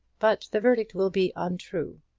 but the verdict will be untrue.